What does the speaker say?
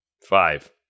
Five